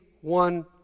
one